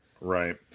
Right